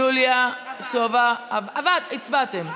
יוליה, סובה, עבד, הצבעתם,